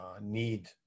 need